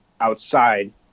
outside